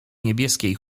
niebieskiej